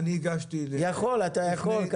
אתה יכול.